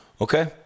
Okay